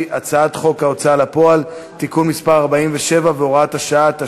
היא הצעת חוק ההוצאה לפועל (תיקון מס' 47 והוראת שעה),